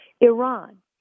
Iran